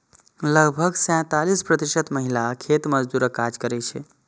लगभग सैंतालिस प्रतिशत महिला खेत मजदूरक काज करै छै